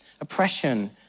oppression